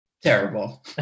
Terrible